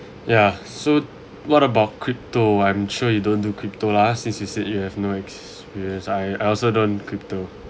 ya so what about crypto I'm sure you don't do crypto lah ah since you said you have no experience I I also don't crypto